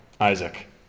Isaac